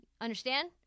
Understand